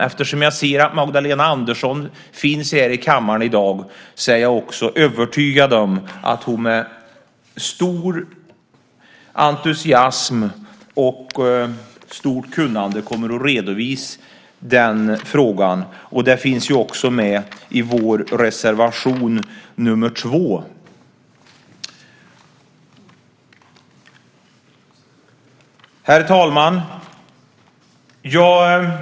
Eftersom jag ser att Magdalena Andersson finns här i kammaren i dag är jag övertygad om att hon med stor entusiasm och stort kunnande kommer att redovisa den frågan. Den finns ju också med i vår reservation nr 2. Herr talman!